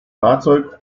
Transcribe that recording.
fahrzeug